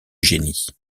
génie